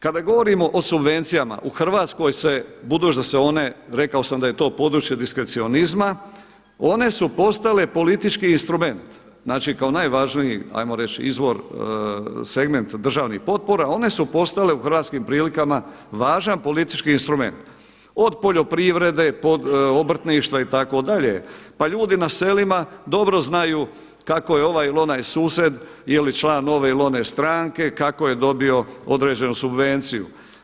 Kada govorimo o subvencijama u Hrvatskoj se budući da se one rekao sam da je to područje diskrecionizma one su postale politički instrument, znači kao najvažniji ajmo reć izvor, segment državnih potpora, one su postale u hrvatskim prilikama važan politički instrument, od poljoprivrede, obrtništva itd. pa ljudi na selima dobro znaju kako je ovaj ili onaj susjed član ove ili one stranke kako je dobio određenu subvenciju.